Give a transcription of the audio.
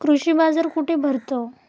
कृषी बाजार कुठे भरतो?